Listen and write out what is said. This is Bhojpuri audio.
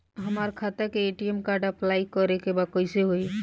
हमार खाता के ए.टी.एम कार्ड अप्लाई करे के बा कैसे होई?